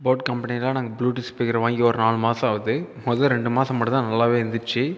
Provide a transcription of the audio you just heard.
boat கம்பெனியில் நாங்கள் bluetooth speaker வாங்கி ஒரு நாலு மாதம் ஆகுது மொதல் ரெண்டு மாதம் மட்டும் தான் நல்லாவே இருந்துச்சு